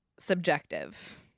subjective